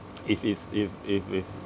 if it's if if if